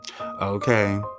Okay